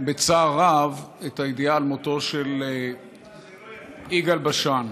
בצער רב, את הידיעה על מותו של יגאל בשן.